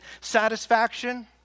satisfaction